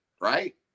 right